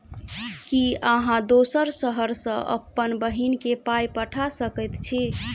की अहाँ दोसर शहर सँ अप्पन बहिन केँ पाई पठा सकैत छी?